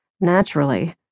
Naturally